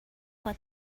what